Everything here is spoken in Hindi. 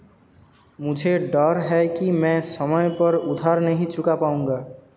मुझे डर है कि मैं समय पर उधार नहीं चुका पाऊंगा